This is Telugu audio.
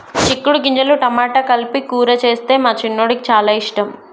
చిక్కుడు గింజలు టమాటా కలిపి కూర చేస్తే మా చిన్నోడికి చాల ఇష్టం